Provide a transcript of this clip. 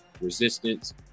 resistance